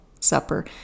supper